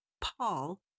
Paul